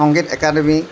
Sangeet academy